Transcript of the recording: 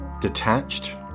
Detached